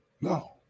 No